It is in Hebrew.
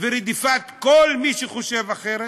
ורדיפת כל מי שחושב אחרת,